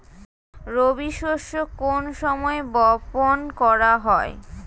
রবি শস্য কোন সময় বপন করা হয়?